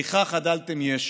איכה חדלתם ישע!